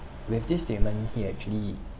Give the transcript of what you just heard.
with this statement he actually